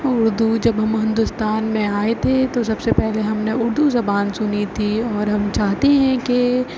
اردو جب ہم ہندوستان میں آئے تھے تو سب سے پہلے ہم نے اردو زبان سنی تھی اور ہم چاہتے ہیں کہ